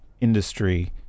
industry